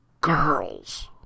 girls